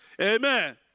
Amen